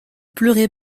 pleurez